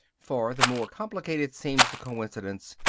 for the more complicated seems the coincidence,